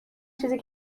چیزی